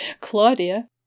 Claudia